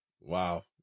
wow